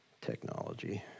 technology